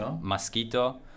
Mosquito